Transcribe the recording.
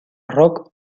rock